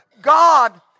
God